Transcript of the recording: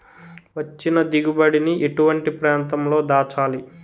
వచ్చిన దిగుబడి ని ఎటువంటి ప్రాంతం లో దాచాలి?